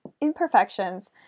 imperfections